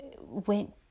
went